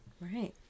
Right